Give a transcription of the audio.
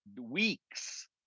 weeks